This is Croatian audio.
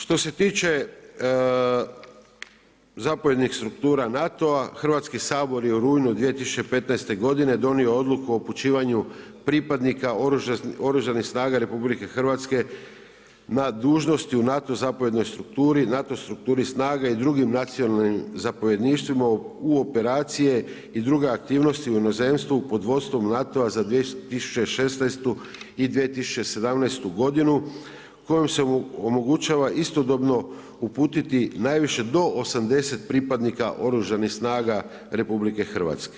Što se tiče zapovjednih struktura NATO-a Hrvatski sabor je u rujnu 2015. godine donio Odluku o upućivanju pripadnik Oružanih snaga RH na dužnosti u NATO zapovjednoj strukturi, NATO strukturi snaga i drugim nacionalnim zapovjedništvima u operacije i druge aktivnosti u inozemstvu pod vodstvom NATO-a za 2016. i 2017. godinu kojom se omogućava istodobno uputiti najviše do 80 pripadnika Oružanih snaga RH.